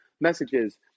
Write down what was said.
messages